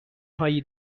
هایی